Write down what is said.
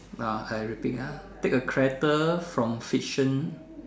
uh I repeat ah take a character from fiction